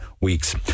weeks